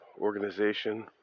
organization